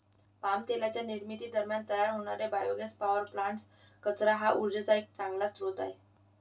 palm तेलाच्या निर्मिती दरम्यान तयार होणारे बायोगॅस पॉवर प्लांट्स, कचरा हा उर्जेचा एक चांगला स्रोत आहे